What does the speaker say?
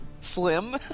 slim